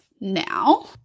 now